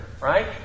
right